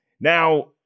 Now